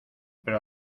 pero